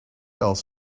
else